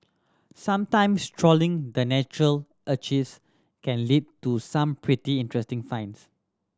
sometimes trawling the Natural Archives can lead to some pretty interesting finds